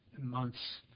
months